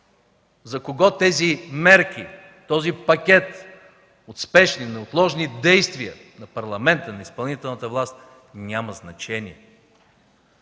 за кого тези мерки, този пакет от спешни, неотложни действия на Парламента, на изпълнителната власт нямат значение